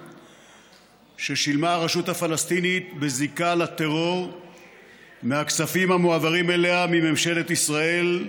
ששילמה הרשות הפלסטינית בזיקה לטרור מהכספים המועברים אליה מממשלת ישראל,